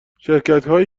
شرکتهایی